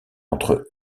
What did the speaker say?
entre